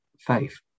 faith